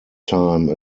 time